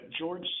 George